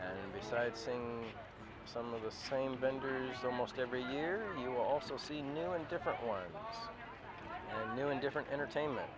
and beside seeing some of the same vendors are almost every year you also see new and different ones of new and different entertainment